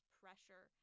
pressure